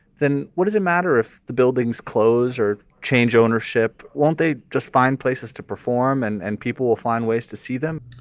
then. what does it matter if the buildings close or change ownership? won't they just find places to perform and and people will find ways to see them?